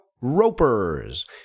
Ropers